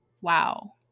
wow